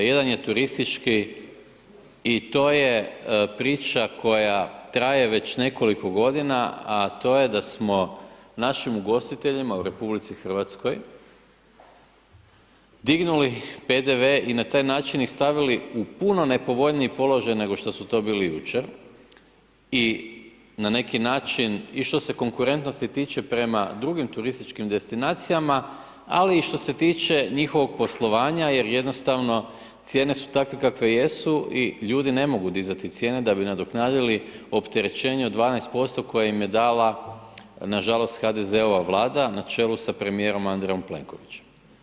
Jedan je turistički i to je priča koja traje već nekoliko godina, a to je da smo našim ugostiteljima u Republici Hrvatskoj dignuli PDV i na taj način ih stavili u puno nepovoljniji položaj nego što su to bili jučer, i na neki način i što se konkurentnosti tiče prema drugim turističkim destinacijama, ali i što se tiče njihovog poslovanja jer jednostavno cijene su takve kakve jesu i ljudi ne mogu dizati cijene da bi nadoknadili opterećenje od 12% koje im je dala nažalost HDZ-ova Vlada na čelu sa premijerom Andrejom Plenkovićem.